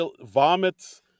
vomits